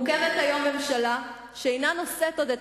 מוקמת היום ממשלה שאינה נושאת עוד את